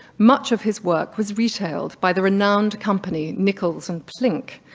much of his work was retailed by the renowned company nicholls and plincke,